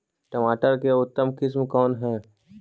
टमाटर के उतम किस्म कौन है?